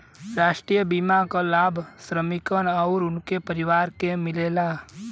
राष्ट्रीय बीमा क लाभ श्रमिकन आउर उनके परिवार के मिलेला